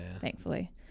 thankfully